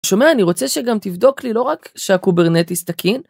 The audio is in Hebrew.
שומע, אני רוצה שגם תבדוק לי לא רק שהקוברנטיס תקין.